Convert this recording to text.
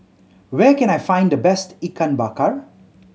where can I find the best Ikan Bakar